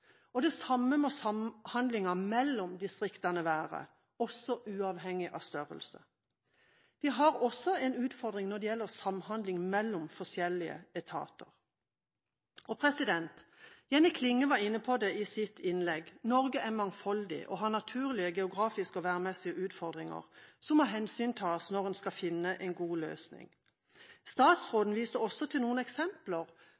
størrelse. Det samme må samhandlinga mellom distriktene være, også uavhengig av størrelse. Vi har også en utfordring når det gjelder samhandling mellom forskjellige etater. Jenny Klinge var inne på det i sitt innlegg: Norge er mangfoldig og har naturlige geografiske og værmessige utfordringer, som må hensyntas når en skal finne en god løsning.